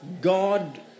God